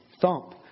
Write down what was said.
thump